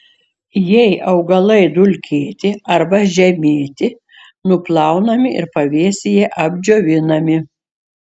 jei augalai dulkėti arba žemėti nuplaunami ir pavėsyje apdžiovinami